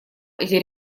эти